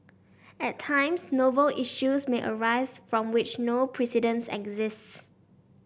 at times novel issues may arise from which no precedents exists